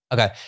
Okay